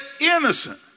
innocent